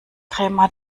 krämer